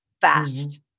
fast